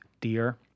deer